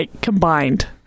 combined